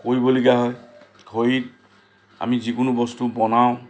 কৰিবলগীয়া হয় খৰি আমি যিকোনো বস্তু বনাওঁ